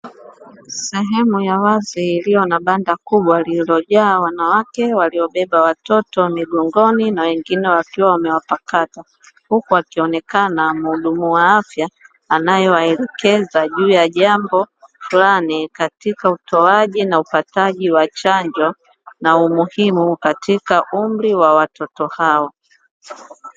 Sehemu ya wazi iliyo na banda kubwa iliyojaa wanawake waliobeba watoto migongoni na wengine wakiwa wamewapakata, huku akionekana mhudumu wa afya anayewaelekeza juu ya jambo fulani katika utoaji na upataji wachanjo na umuhimu katika umri wa watoto hao.